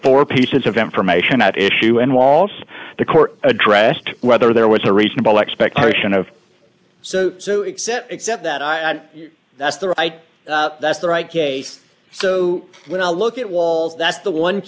four pieces of information at issue in waltz the court addressed whether there was a reasonable expectation of so so except except that i know that's the right that's the right case so when i look at walz that's the one